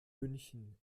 münchen